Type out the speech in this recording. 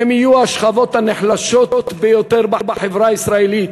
הן יהיו השכבות הנחלשות ביותר בחברה הישראלית,